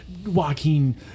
Joaquin